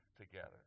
together